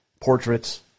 portraits